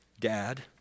dad